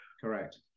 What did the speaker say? correct